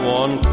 one